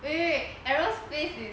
wait wait wait aerospace is